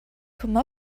come